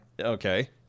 Okay